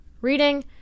Reading